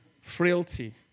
frailty